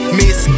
miss